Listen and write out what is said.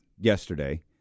yesterday